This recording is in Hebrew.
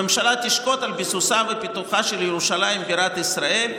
הממשלה תשקוד על ביסוסה ופיתוחה של ירושלים בירת ישראל וכו'.